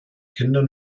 kindern